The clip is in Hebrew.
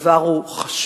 הדבר הוא חשוב,